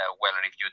well-reviewed